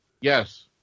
Yes